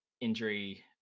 injury